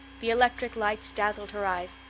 the electric lights dazzled her eyes,